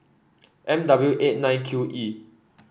M W eight nine Q E